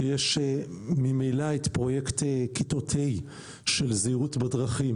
שיש ממילא את פרויקט כיתות ה' של זהירות בדרכים